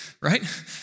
Right